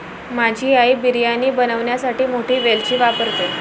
माझी आई बिर्याणी बनवण्यासाठी मोठी वेलची वापरते